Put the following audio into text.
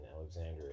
Alexandria